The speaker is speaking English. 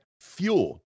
Fuel